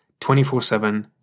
24-7